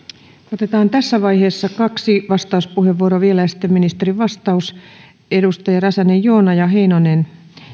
otetaan tässä vaiheessa kaksi vastauspuheenvuoroa vielä ja sitten ministerin vastaus edustajat räsänen joona ja heinonen